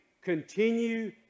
Continue